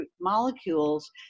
molecules